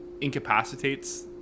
incapacitates